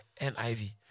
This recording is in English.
NIV